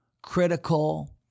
critical